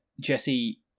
Jesse